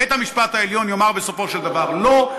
בית-המשפט העליון יאמר בסופו של דבר "לא",